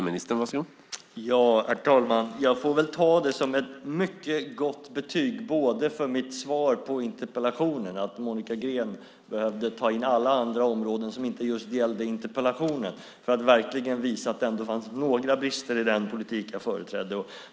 Herr talman! Jag får väl ta detta som ett mycket gott betyg på mitt svar på interpellationen eftersom Monica Green behövde ta in alla andra områden som inte gällde just interpellationen för att verkligen visa att det ändå finns några brister i den politik som jag företräder.